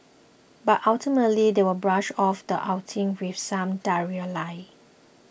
but ultimately they will brush off the outing with some diarrhoea lie